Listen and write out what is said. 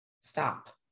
Stop